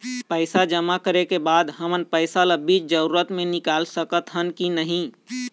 पैसा जमा करे के बाद हमन पैसा ला बीच जरूरत मे निकाल सकत हन की नहीं?